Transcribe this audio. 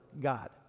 God